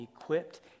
equipped